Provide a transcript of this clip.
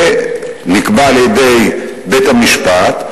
זה נקבע על-ידי בית-המשפט.